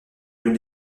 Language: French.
rue